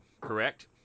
correct